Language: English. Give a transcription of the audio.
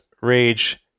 Rage